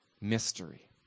mystery